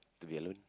to be alone